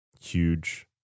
huge